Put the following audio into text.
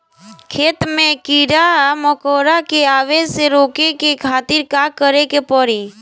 खेत मे कीड़ा मकोरा के आवे से रोके खातिर का करे के पड़ी?